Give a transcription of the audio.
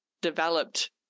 developed